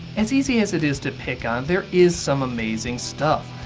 as easy as it is to pick on, there is some amazing stuff.